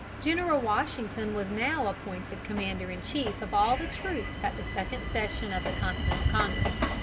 general washington was now appointed commander-in-chief of all the troops at the second session of the continental congress.